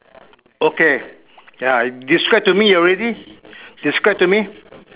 okay ya describe to me already describe to me